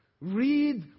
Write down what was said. Read